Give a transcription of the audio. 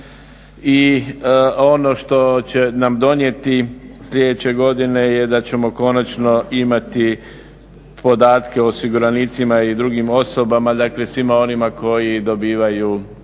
I ono što će nam donijeti sljedeće godine da ćemo konačno imati podatke o osiguranicima i drugim osobama dakle svima onima koji dobivaju